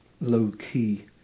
low-key